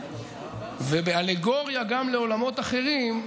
ובאלגוריה גם לעולמות אחרים,